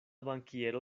bankiero